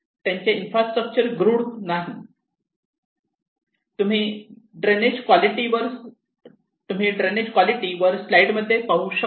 त्यांचे infrastructure grooved नाही तुम्ही ड्रेनेज कॉलिटी वर स्लाईड मध्ये पाहू शकतात